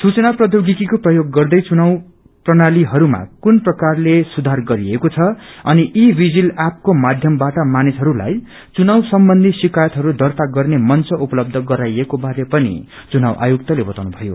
सूचना प्रौष्योगिकीको प्रयोग गर्दै चुनाव प्रणालीहरूमा कुन प्रकारले सुषार गरिएको द अनि ई विजिल ऐपको माध्यम बाट मानिसहरूलाई चुव सम्बन्धी शिक्रायतहरू दार्ता गर्ने मंच उपलब्य गराइएको बारे पनि चुनाव आयुक्तले बताउनुभयो